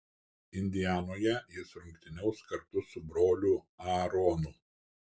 indianoje jis rungtyniaus kartu su broliu aaronu